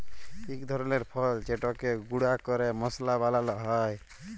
ইক ধরলের ফল যেটকে গুঁড়া ক্যরে মশলা বালাল হ্যয়